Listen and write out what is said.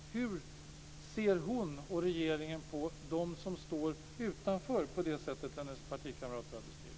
Hur ser hon och regeringen på dem som står utanför på det sätt som hennes partikamrater har beskrivit?